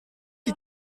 qui